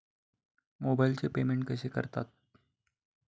मोबाइलचे पेमेंट कसे करतात?